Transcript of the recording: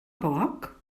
poc